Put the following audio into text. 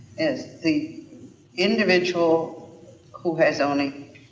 if the individual who has only,